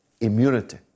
immunity